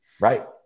Right